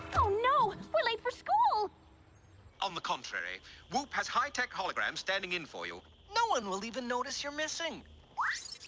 oh no, we're late for school on the contrary we'll pass high-tech hologram standing in for you. no one will even notice you're missing oh